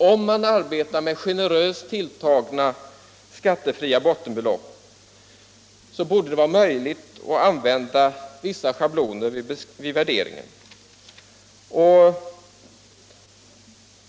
Om man arbetar med generöst tilltagna skattefria bottenbelopp borde det vara möjligt att använda vissa schabloner vid värderingen.